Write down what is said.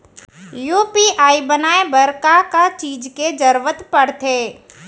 UPI बनाए बर का का चीज के जरवत पड़थे?